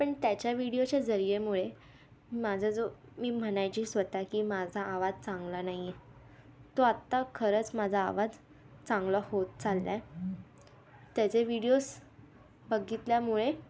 पण त्याच्या विडीओच्या जरीयेमुळे माझा जो मी म्हणायची स्वत की माझा आवाज चांगला नाही तो आत्ता खरंच माझा आवाज चांगला होत चालला आहे त्याचे व्हिडीओज बघितल्यामुळे